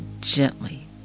gently